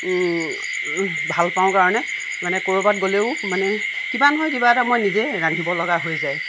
ভাল পাওঁ কাৰণে মানে ক'ৰবাত গ'লেও মানে কিবা নহয় কিবা এটা মই নিজেই ৰান্ধিবলগীয়া হৈ যায়